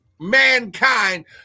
mankind